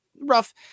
rough